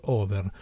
over